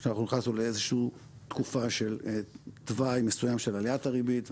כך שאנחנו נכנסנו לתקופה של תוואי מסוים של עליית הריבית.